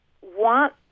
want